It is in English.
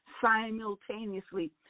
Simultaneously